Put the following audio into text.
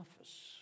office